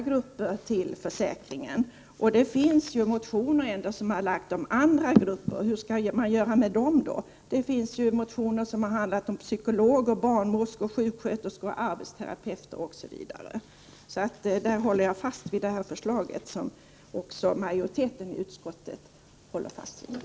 Dessutom vill jag framhålla att det finns motioner som handlar om andra grupper. Hur skall vi behandla dem? Det har nämligen väckts motioner som handlar om psykologer, barnmorskor, sjuksköterskor, arbetsterapeuter osv. Jag håller, som sagt, fast vid det förslag som också majoriteten i utskottet ställer sig bakom.